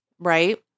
Right